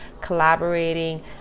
collaborating